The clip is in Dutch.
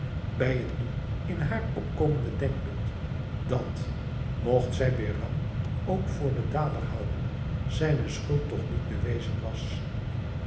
bij het nu in haar opkomende denkbeeld dat mogt zij behram ook voor den dader houden zijne schuld toch niet bewezen was